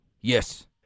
Yes